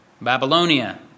Babylonia